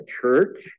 church